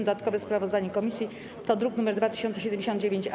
Dodatkowe sprawozdanie komisji to druk nr 2079-A.